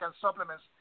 supplements